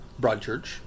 Broadchurch